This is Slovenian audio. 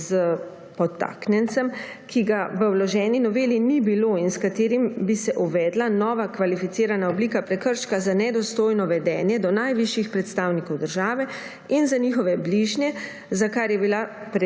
s podtaknjencem, ki ga v vloženi noveli ni bilo in s katerim bi se uvedla nova kvalificirana oblika prekrška za nedostojno vedenje do najvišjih predstavnikov države in za njihove bližnje, za kar je bila